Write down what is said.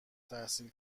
تحصیل